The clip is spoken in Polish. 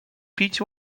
pić